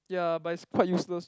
ya but it's quite useless